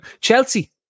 Chelsea